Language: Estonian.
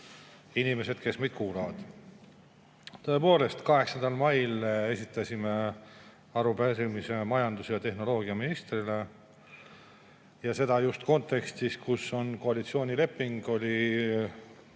inimesed, kes meid kuulavad! Tõepoolest, 8. mail esitasime arupärimise majandus‑ ja [info]tehnoloogiaministrile. Seda just kontekstis, kus koalitsioonileping oli